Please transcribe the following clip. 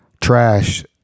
trash